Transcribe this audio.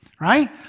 right